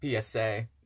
psa